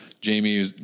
Jamie